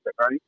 right